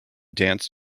dance